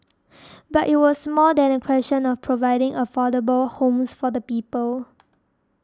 but it was more than a question of providing affordable homes for the people